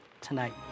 tonight